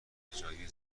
تجاری